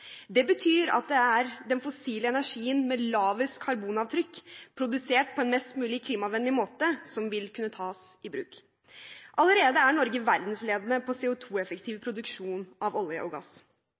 Det betyr at det er den fossile energien med lavest karbonavtrykk, produsert på en mest mulig klimavennlig måte, som vil kunne tas i bruk. Norge er allerede verdensledende på